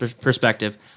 perspective